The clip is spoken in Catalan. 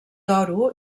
toro